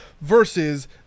versus